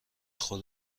خود